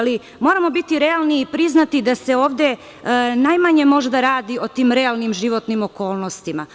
Ali, moramo biti realni i priznati da se ovde najmanje možda radi o tim realnim životnim okolnostima.